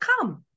come